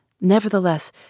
nevertheless